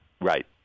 Right